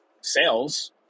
sales